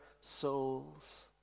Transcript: souls